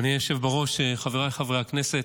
אדוני היושב בראש, חבריי חברי הכנסת,